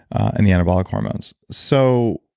and the anabolic hormones. so,